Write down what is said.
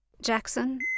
Jackson